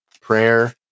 prayer